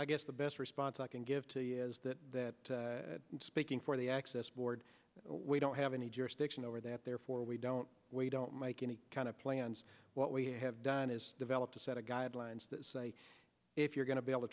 i guess the best response i can give to is that that speaking for the access board we don't have any jurisdiction over that therefore we don't we don't make any kind of plans what we have done is developed a set of guidelines that say if you're going to be able to